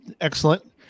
excellent